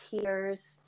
tears